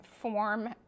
form